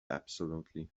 absolutely